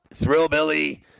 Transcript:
thrillbilly